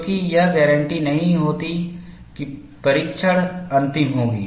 क्योंकि यह गारंटी नहीं देता कि परीक्षण अंतिम होगी